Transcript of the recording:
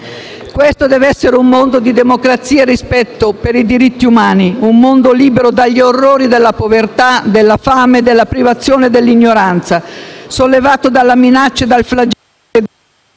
«Questo deve essere un mondo di democrazia e rispetto per i diritti umani, un mondo libero dagli orrori della povertà, della fame, della privazione e dell'ignoranza, sollevato dalla minaccia e dal flagello delle